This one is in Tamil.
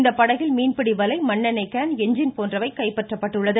இந்த படகில் மீன்பிடி வலை மண்ணெண்ணெய் கேன் எஞ்சின் போன்றவை கைப்பற்றப்பட்டுள்ளது